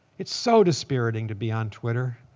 it's so dispiriting to be on twitter.